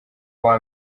uwa